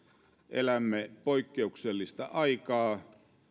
elämme poikkeuksellista aikaa